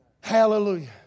Hallelujah